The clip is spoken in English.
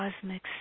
cosmic